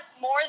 more